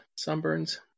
sunburns